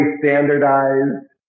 standardized